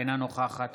אינה נוכחת